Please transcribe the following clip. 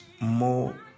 more